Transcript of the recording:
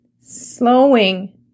slowing